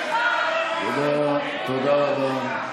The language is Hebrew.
תודה רבה.